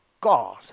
God